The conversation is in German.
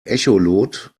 echolot